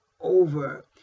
over